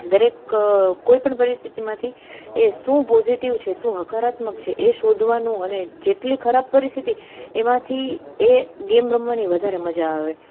દરેક કોઈપણ પરિસ્થિતિમાંથી એ શું પોઝિટિવ છે શું હકારાત્મક છે એ શોધવાનું અને જેટલી ખરાબ પરિસ્થિતિ એમાંથી એ ગેમ રમવાની વધારે મજા આવે